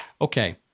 Okay